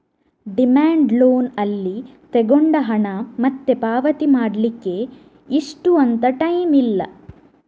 demand loan ಅಲ್ಲಿ ತಗೊಂಡ ಹಣ ಮತ್ತೆ ಪಾವತಿ ಮಾಡ್ಲಿಕ್ಕೆ ಇಷ್ಟು ಅಂತ ಟೈಮ್ ಇಲ್ಲ